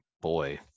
boy